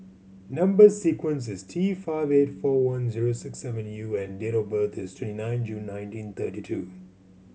number sequence is T five eight four one zero six seven U and date of birth is twenty nine June nineteen thirty two